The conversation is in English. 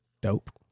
dope